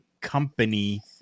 company